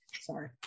sorry